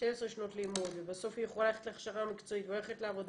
ב-12 שנות לימוד ובסוף היא יכולה ללכת להכשרה מקצועית והולכת לעבודה,